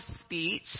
speech